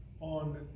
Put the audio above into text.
on